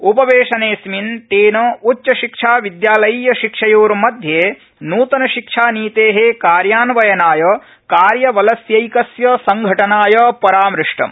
उपवेशनेऽस्मिन् तेन उच्चशिक्षा विद्यालयीय शिक्षयोर्मध्ये न्तनशिक्षानीते कार्यान्वयनाय कार्यबलैकस्य संघटनाय परामृष्टम्